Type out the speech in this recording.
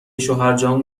شوهرجان